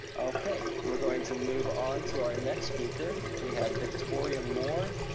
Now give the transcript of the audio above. okay, we're going to move on to our next speaker. we have victoria moore.